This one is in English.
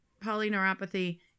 polyneuropathy